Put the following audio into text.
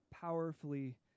powerfully